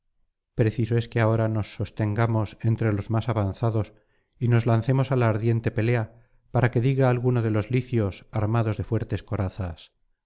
preciso es que ahora nos sostengamos entre los más avanzados y nos lancemos á la ardiente pelea para que diga alguno de los licios armados de fuertes corazas